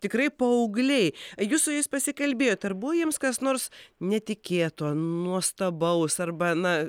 tikrai paaugliai jūs su jais pasikalbėjot ar buvo jiems kas nors netikėto nuostabaus arba na